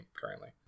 currently